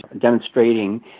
demonstrating